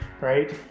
right